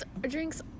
drinks